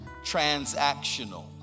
Transactional